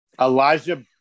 Elijah